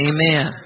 Amen